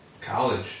college